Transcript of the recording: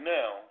now